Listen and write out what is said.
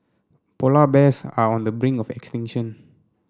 polar bears are on the brink of extinction